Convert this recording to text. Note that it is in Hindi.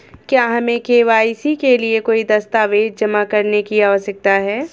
क्या हमें के.वाई.सी के लिए कोई दस्तावेज़ जमा करने की आवश्यकता है?